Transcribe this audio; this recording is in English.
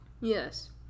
Yes